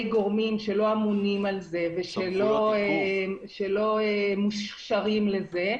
גורמים שלא אמונים על זה ושלא מוכשרים לזה,